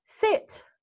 Sit